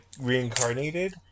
reincarnated